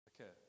okay